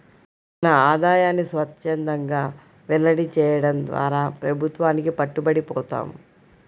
మన ఆదాయాన్ని స్వఛ్చందంగా వెల్లడి చేయడం ద్వారా ప్రభుత్వానికి పట్టుబడి పోతాం